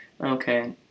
okay